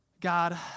God